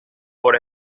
por